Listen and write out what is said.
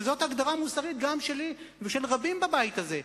שזאת הגדרה מוסרית גם שלי וגם של רבים בבית הזה,